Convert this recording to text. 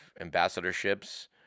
ambassadorships